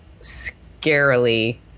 scarily